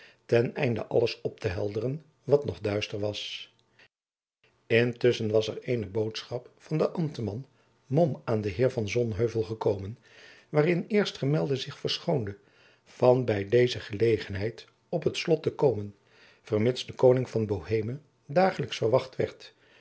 ten einde alles op te helderen wat nog duister was intusschen was er eene boodschap van den ambtman mom aan den heer van sonheuvel gekomen waarin eerstgemelde zich verschoonde van bij deze gelegenheid op het slot te komen vermits de koning van boheme dagelijks verwacht werd